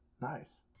Nice